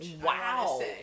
Wow